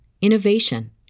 innovation